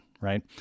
right